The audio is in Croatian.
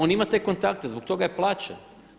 On ima te kontakte, zbog toga je plaćen.